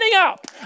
up